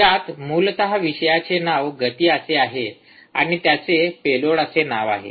ज्यात मूलत विषयाचे नाव गती असे आहे आणि त्याचे पेलोड असे नाव आहे